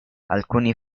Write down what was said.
alcuni